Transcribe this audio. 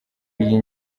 iyi